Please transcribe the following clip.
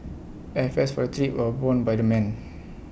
airfares for the trip were borne by the men